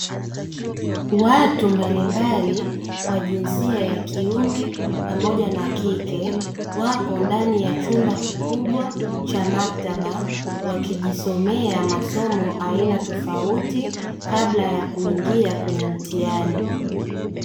Watu mbalimbali wa jinsia ya kiume pamoja na wakike, wapo ndani ya chumba kikubwa cha maktaba wakijisomea masomo aina tofauti kabla ya kuingia kwenye mtihani.